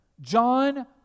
John